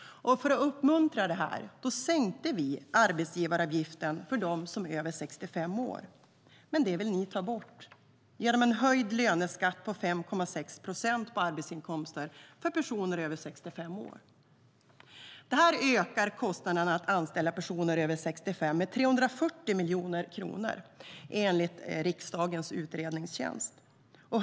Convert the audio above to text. För att uppmuntra detta sänkte vi arbetsgivaravgiften för dem som är över 65 år. Men det vill ni ta bort genom en höjd löneskatt på 5,6 procent på arbetsinkomster för personer över 65 år. Detta ökar kostnaderna för att anställa personer över 65 år med 340 miljoner kronor, enligt riksdagens utredningstjänst.